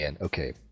Okay